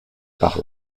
par